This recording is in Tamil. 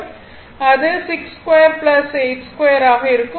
அது 62 82 ஆக இருக்கும்